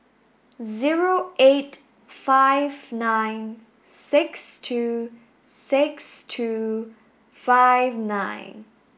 zero eight five nine six two six two five nine